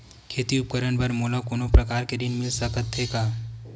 खेती उपकरण बर मोला कोनो प्रकार के ऋण मिल सकथे का?